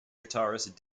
guitarist